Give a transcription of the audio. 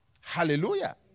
hallelujah